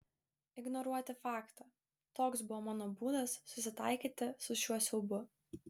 ignoruoti faktą toks buvo mano būdas susitaikyti su šiuo siaubu